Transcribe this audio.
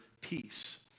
peace